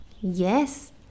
Yes